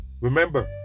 Remember